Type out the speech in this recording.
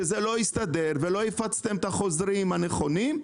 שזה לא הסתדר ולא הפצתם את החוזרים הנכונים,